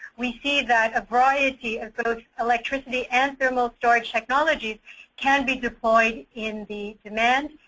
we see that a variety of those electricity and thermal storage technology can be deployed in the demand,